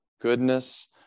goodness